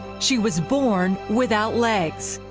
she was born without legs.